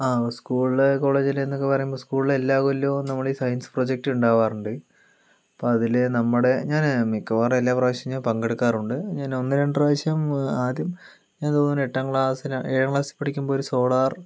ആ സ്കൂളില് കോളേജില് എന്നൊക്കെ പറയുമ്പോൾ സ്കൂളില് എല്ലാ കൊല്ലവും നമ്മളീ സയൻസ് പ്രൊജക്റ്റ് ഉണ്ടാകാറുണ്ട് അപ്പം അതില് നമ്മുടെ ഞാന് മിക്കവാറും എല്ലാ പ്രാവശ്യവും ഞാൻ പങ്കെടുക്കാറുണ്ട് ഞാന് ഒന്ന് രണ്ട് പ്രാവശ്യം ആദ്യം ഞാൻ തോന്നുന്നു എട്ടാം ക്ലാസ്സിലാന്ന് ഏഴാം ക്ലാസ്സിൽ പഠിക്കുമ്പോൾ ഒര് സോളാർ